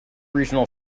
regional